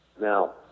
Now